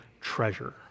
treasure